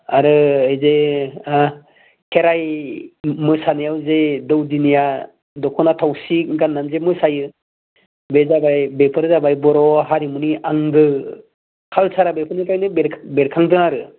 आरो बिदि खेराय मोसानायाव जे दौदिनिया दखना थावसि गान्नानै जे मोसायो बे जाबाय बेफोर जाबाय बर' हारिमुनि आंगो काल्सारा बेफोरनिफ्रायनो बेरखांदों आरो